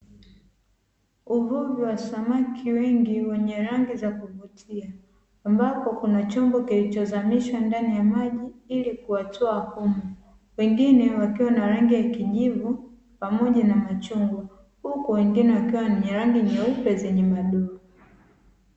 Uvuvi wa samaki wengi wenye rangi za kuvutia, ambapo kuna chombo kilichozamishwa ndani ya maji ili kuwatoa humo. Wengine wakiwa na rangi ya kijivu, pamoja na machungwa, huku wengine wakiwa wenye rangi nyeupe zenye madoa.